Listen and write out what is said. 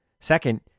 Second